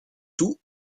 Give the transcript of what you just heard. tout